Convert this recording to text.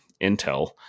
Intel